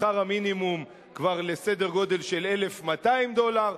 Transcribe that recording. שכר המינימום כבר לסדר גודל של 1,200 דולר.